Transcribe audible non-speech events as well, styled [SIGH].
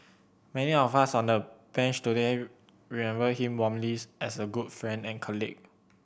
many of us on the Bench today remember him warmly [UNINTELLIGIBLE] as a good friend and colleague